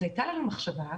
הייתה לנו מחשבה,